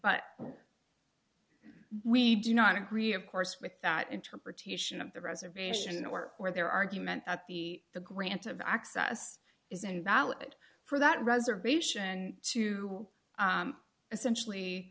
but we do not agree of course with that interpretation of the reservation or where their argument that the the grant of access is invalid for that reservation to essentially